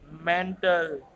Mental